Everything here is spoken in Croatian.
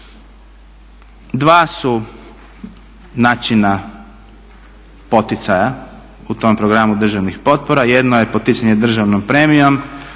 Dva su načina poticaja u tom programu državnih potpora. Jedno je poticanje državnom premijom